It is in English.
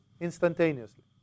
instantaneously